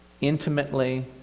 intimately